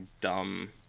dumb